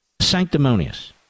Sanctimonious